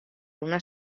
una